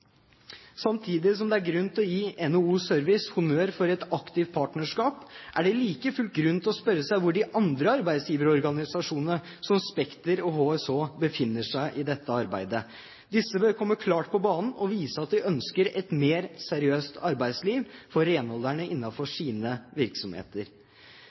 er grunn til å gi NHO Service honnør for et aktivt partnerskap, er det like fullt grunn til å spørre seg hvor de andre arbeidsgiverorganisasjonene, som Spekter og HSH, befinner seg i dette arbeidet. Disse bør komme klart på banen og vise at de ønsker et mer seriøst arbeidsliv for renholderne